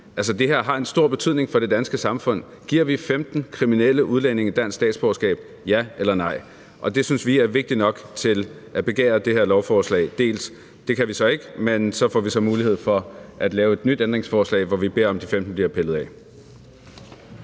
Altså, det her har en stor betydning for det danske samfund. Giver vi 15 kriminelle udlændinge dansk statsborgerskab, ja eller nej? Det synes vi er vigtigt nok til at begære det her lovforslag delt. Det kan vi så ikke, men så får vi mulighed for at lave et nyt ændringsforslag, hvor vi beder om, at de 15 bliver pillet af.